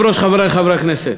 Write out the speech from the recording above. אדוני היושב-ראש, חברי חברי הכנסת,